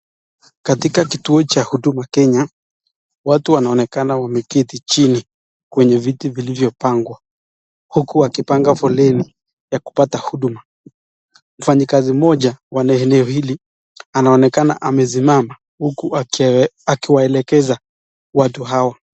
Katika kituo cha huduma Kenya watu wanaonekana wameketi chini kwenye viti vilivyopangwa huku wakipanga foleni ya kupata huduma , mfanyikazi mmoja kwenye eneo hili anaonekana amesimama huku akiwaelekeza watu hao.